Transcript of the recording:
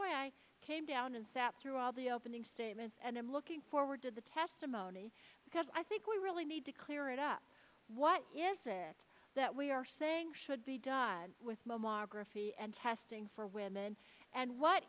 why i came down and sat through all the opening statements and i'm looking forward to the testimony because i think we really need to clear it up what is it that we are saying should be done with mammography and testing for women and what